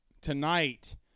tonight